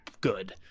good